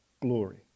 glory